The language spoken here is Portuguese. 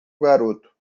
garoto